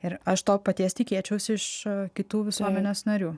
ir aš to paties tikėčiausi iš kitų visuomenės narių